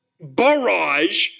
barrage